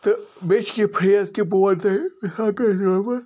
تہٕ بیٚیہِ چھِ کیٚنٛہہ پھرٛیز کہِ بہٕ ونہٕ تۄہہِ